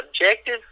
objective